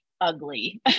ugly